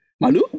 Malu